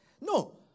No